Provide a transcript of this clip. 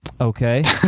Okay